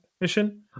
mission